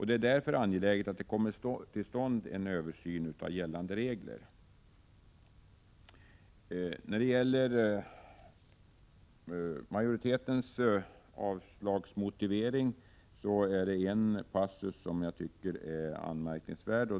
Det är därför angeläget att det kommer till stånd en översyn av gällande regler. I majoritetens avslagsmotivering finner jag en passus anmärkningsvärd.